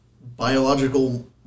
biological